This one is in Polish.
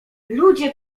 ludzie